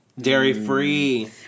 Dairy-free